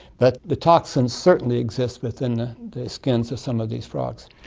the the toxins certainly exist within the skins of some of these frogs.